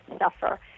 suffer